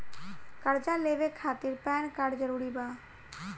कर्जा लेवे खातिर पैन कार्ड जरूरी बा?